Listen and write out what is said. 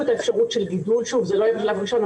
בטח בנושא כזה שהוא נושא סבוך ולא פשוט בעל השלכות,